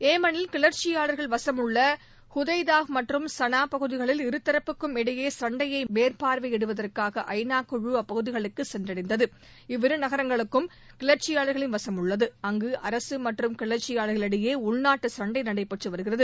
ஏமனில் கிளர்ச்சியாளர்கள் வசமுள்ள ஹவத்தி மற்றும் சனா பகுதிகளில் இருதரப்புக்கும் இடையேயாள சண்டையை மேற்பார்வையிடுவதற்காக ஐநா குழு அப்பகுதிகளுக்கு சென்றடைந்தது இவ்விரு நகரங்களும் கிளர்ச்சியாளர்களின் வசமுள்ளது அங்கு அரசு மற்றும் கிளர்ச்சியாளர்களிடையே உள்நாட்டு சண்டை நடைபெற்று வருகிறது